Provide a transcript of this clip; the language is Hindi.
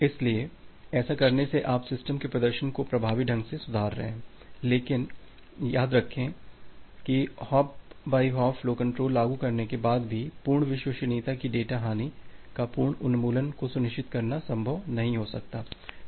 इसलिए ऐसा करने से आप सिस्टम के प्रदर्शन को प्रभावी ढंग से सुधार रहे हैं लेकिन याद रखें कि hop by hop flow control लागु करने के बाद भी पूर्ण विश्वसनीयता कि डेटा हानि का पूर्ण उन्मूलन को सुनिश्चित करना संभव नहीं हो सकता है